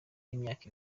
y’imyaka